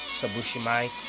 Sabushimai